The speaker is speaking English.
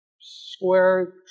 square